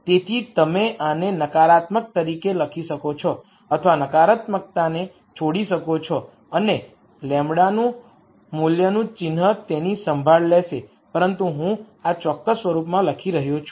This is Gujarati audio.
તેથી તમે આને નકારાત્મક તરીકે લખી શકો છો અથવા નકારાત્મકને છોડી શકો છો અને λ મૂલ્યનું ચિહ્ન તેની સંભાળ લેશે પરંતુ હું આ ચોક્કસ સ્વરૂપમાં લખી રહ્યો છું